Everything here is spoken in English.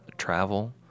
travel